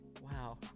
Wow